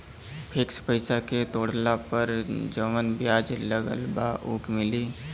Fix पैसा के तोड़ला पर जवन ब्याज लगल बा उ मिली?